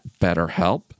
BetterHelp